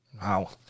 Wow